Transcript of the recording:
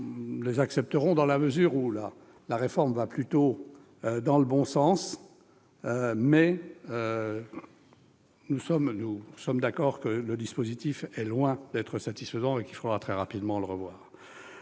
ces évolutions dans la mesure où la réforme va plutôt dans le bon sens, mais nous sommes d'accord pour reconnaître que le dispositif est loin d'être satisfaisant et qu'il faudra très rapidement le revoir.